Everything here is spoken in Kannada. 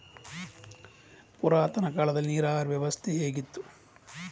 ಪುರಾತನ ಕಾಲದಲ್ಲಿ ನೀರಾವರಿ ವ್ಯವಸ್ಥೆ ಹೇಗಿತ್ತು?